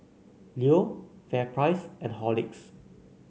Leo FairPrice and Horlicks